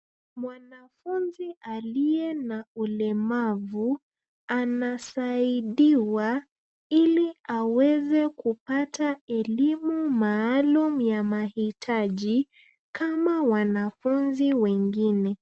Mwanafunzi aliye na ulemavu anasaidiwa ili aweze kupata elimu maalum ya mahitaji kama wanafunzi wengine.